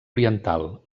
oriental